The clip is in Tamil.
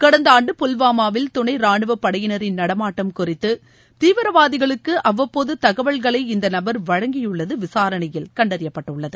கடந்த ஆண்டு புல்வாமாவில் தனை ராணுவப் படையினரின் நடமாட்டம் குறித்து தீவிரவாதிகளுக்கு அவ்வப்போது தகவல்களை இந்த நபர் வழங்கியுள்ளது விசாரணையில் தெரிய வந்துள்ளது